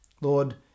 Lord